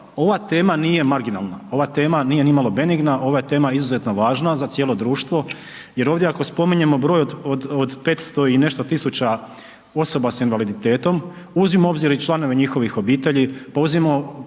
ova tema nije marginalna, ova tema nije nimalo benigna, ova tema je izuzetno važna za cijelo društvo jer ovdje ako spominjemo broj od 500 i nešto tisuća osoba sa invaliditetom, uzmimo u obzir i članovi njihovih obitelji pa uzmimo